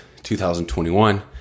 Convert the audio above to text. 2021